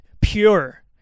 pure